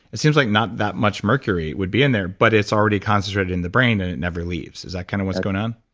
it seems like not that much mercury would be in there, but it's already concentrated in the brain and it never leaves. is that kind of what's going on?